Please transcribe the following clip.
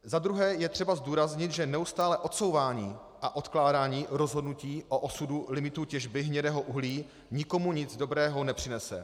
Za druhé je třeba zdůraznit, že neustálé odsouvání a odkládání rozhodnutí o osudu limitů těžby hnědého uhlí nikomu nic dobrého nepřinese.